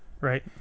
right